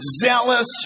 zealous